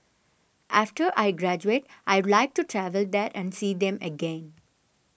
after I graduate I'd like to travel there and see them again